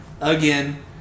again